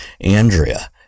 Andrea